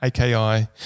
AKI